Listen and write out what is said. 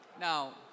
Now